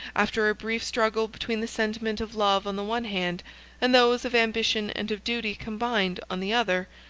after a brief struggle between the sentiment of love on the one hand and those of ambition and of duty combined on the other,